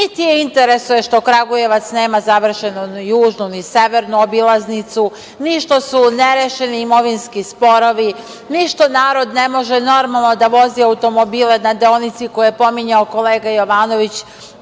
je interesuje što Kragujevac nema završenu ni južnu, ni severnu obilaznicu, ni što su nerešeni imovinski sporovi, ni što narod ne može normalno da vozi automobile na deonici koju je pominjao kolega Jovanović,